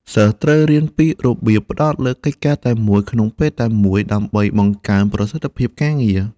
សិស្សត្រូវរៀនពីរបៀបផ្តោតលើកិច្ចការតែមួយក្នុងពេលតែមួយដើម្បីបង្កើនប្រសិទ្ធភាពការងារ។